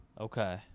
Okay